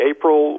April